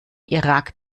irak